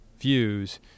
views